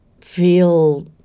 feel